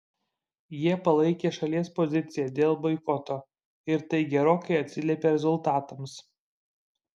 jie palaikė šalies poziciją dėl boikoto ir tai gerokai atsiliepė rezultatams